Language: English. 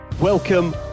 Welcome